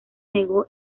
negó